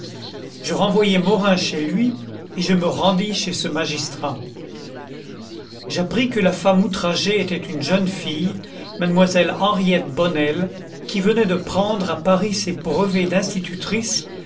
je renvoyai morin chez lui et je me rendis chez ce magistrat j'appris que la femme outragée était une jeune fille mlle henriette bonnel qui venait de prendre à paris ses brevets d'institutrice